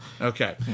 Okay